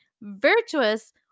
virtuous